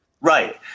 Right